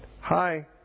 Hi